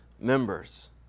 members